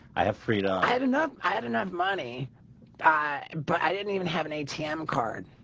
i have freedom i didn't know i had enough money i but i didn't even have an atm card.